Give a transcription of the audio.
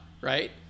right